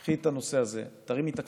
קחי את הנושא הזה, תרימי את הכפפה.